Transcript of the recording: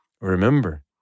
remember